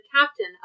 captain